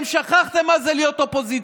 אני מבקש שתיתן לי את הזמן, בושה וחרפה.